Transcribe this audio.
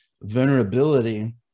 Vulnerability